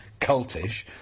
cultish